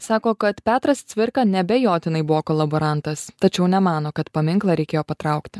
sako kad petras cvirka neabejotinai buvo kolaborantas tačiau nemano kad paminklą reikėjo patraukti